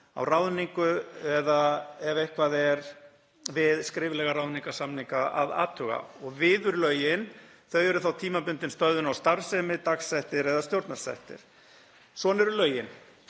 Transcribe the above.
á ráðningu eða ef eitthvað er við skriflega ráðningarsamninga að athuga. Viðurlögin eru þá tímabundin stöðvun á starfsemi, dagsektir eða stjórnvaldssektir. Svona eru lögin.